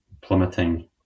plummeting